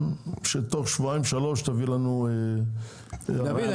שתוך שבועיים-שלושה תביא לנו --- דוד,